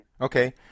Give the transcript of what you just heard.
Okay